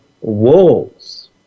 walls